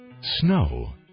Snow